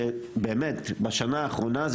אני רוצה באמת שבשנה אחרונה,